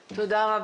תודה.